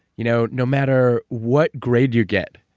you know no matter what grade you get,